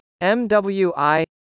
MWI